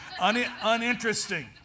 Uninteresting